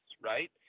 right